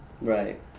Right